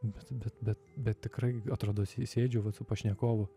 bet bet bet bet tikrai atrodo sėdžiu va tų pašnekovų